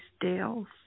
Dales